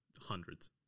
hundreds